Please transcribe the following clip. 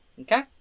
Okay